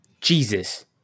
Jesus